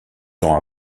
temps